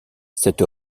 cette